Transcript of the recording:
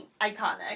Iconic